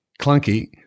clunky